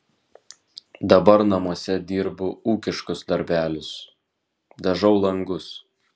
dabar namuose dirbu ūkiškus darbelius dažau langus